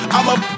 I'ma